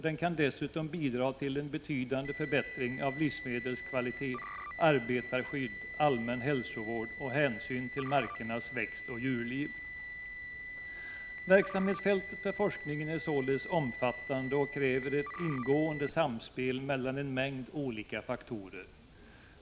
Den kan dessutom bidra till betydande förbättringar av livsmedelskvalitet, arbetarskydd, allmän hälsovård och hänsynen till markernas växtoch djurliv. Verksamhetsfältet för forskningen är således omfattande och kräver ett ingående samspel mellan en mängd olika faktorer.